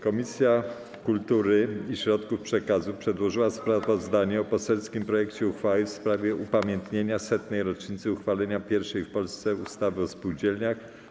Komisja Kultury i Środków Przekazu przedłożyła sprawozdanie o poselskim projekcie uchwały w sprawie upamiętnienia setnej rocznicy uchwalenia pierwszej w Polsce ustawy o spółdzielniach.